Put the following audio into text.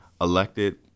elected